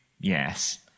yes